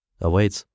awaits